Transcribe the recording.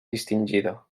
distingida